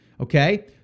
Okay